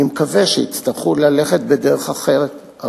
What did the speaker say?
אני מקווה, יצטרכו ללכת בדרך אחרת.